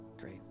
Great